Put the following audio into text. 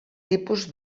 tipus